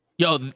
Yo